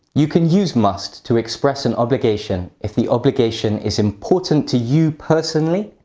you can use must to express an obligation if the obligation is important to you personally,